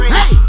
Hey